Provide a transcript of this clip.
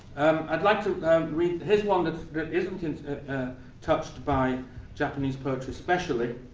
i'd like to read here's one that that isn't and ah touched by japanese poetry especially,